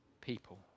people